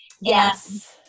Yes